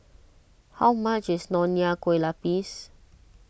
how much is Nonya Kueh Lapis